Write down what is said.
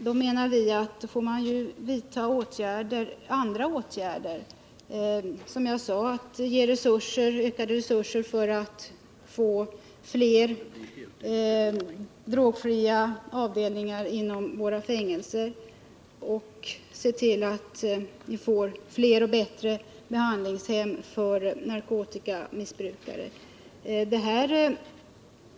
Vi menar att man då måste vidta andra åtgärder, som jag sade, t.ex. att ge ökade resurser för att få fler drogfria avdelningar inom våra fängelser, att se till att vi får fler och bättre behandlingshem för narkotikamissbrukare.